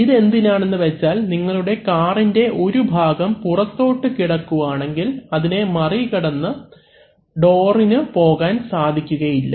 ഇത് എന്തിനാണെന്ന് വെച്ചാൽ നിങ്ങളുടെ കാറിൻറെ ഒരു ഭാഗം പുറത്തോട്ട് കിടക്കുവാണെങ്കിൽ അതിനെ മാറി കിടന്നു ഡോറിനു പോകാൻ സാധിക്കുകയില്ല